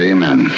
Amen